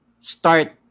start